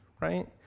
Right